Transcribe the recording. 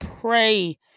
pray